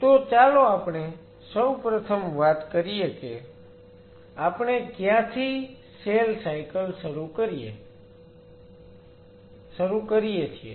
તો ચાલો આપણે સૌ પ્રથમ વાત કરીએ કે આપણે ક્યાંથી સેલ સાયકલ શરૂ કરીએ છીએ